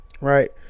right